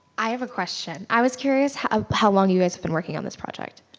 i have a question. i was curious how how long you guys have been working on this project.